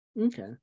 Okay